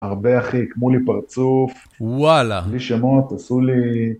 הרבה אחי, עיקנולי פרצוף. וואלה. בלי שמות, עשו לי...